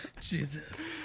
Jesus